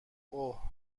اوه